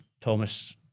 Thomas